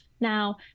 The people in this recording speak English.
Now